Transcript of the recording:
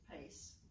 pace